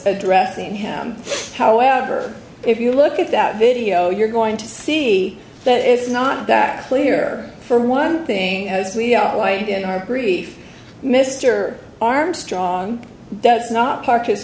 addressing him however if you look at that video you're going to see that it's not that clear for one thing as we outlined in our brief mr armstrong that's not parked his